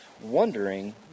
wondering